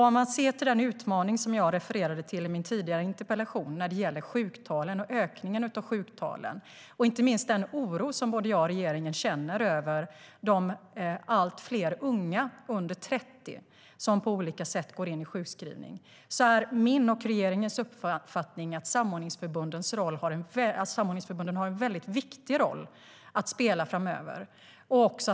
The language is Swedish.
Om man ser till den utmaning som jag refererade till i min tidigare interpellation när det gäller sjuktalen och ökningen av sjuktalen, inte minst den oro som jag och regeringen känner över de allt fler unga under 30 som på olika sätt går in i sjukskrivning, är min och regeringens uppfattning att samordningsförbunden har en viktig roll att spela framöver.